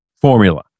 formula